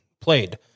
played